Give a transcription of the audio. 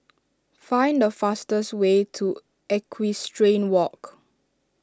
find the fastest way to Equestrian Walk